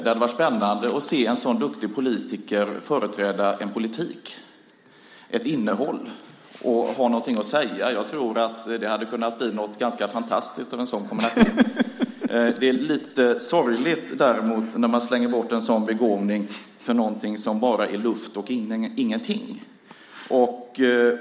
Det hade varit spännande att se en sådan duktig politiker företräda en politik, ett innehåll, och ha någonting att säga. Jag tror att det hade kunnat bli något ganska fantastiskt av en sådan kombination. Det är däremot lite sorgligt när man slänger bort en sådan begåvning för någonting som bara är luft och ingenting.